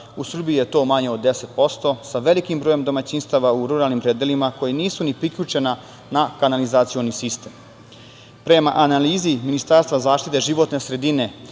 u Srbiji je to manje od 10% sa velikim brojem domaćinstava u ruralnim predelima koja nisu ni priključena na kanalizacioni sistem. Prema analizi Ministarstva zaštite životne sredine